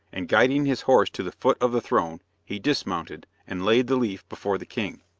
and, guiding his horse to the foot of the throne, he dismounted, and laid the leaf before the king.